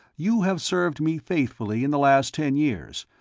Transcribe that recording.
you have served me faithfully, in the last ten years,